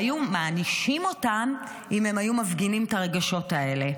והם היו מענישים אותן אם הן היו מפגינות את הרגשות האלה.